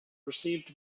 received